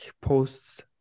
posts